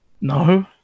No